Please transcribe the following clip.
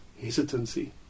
hesitancy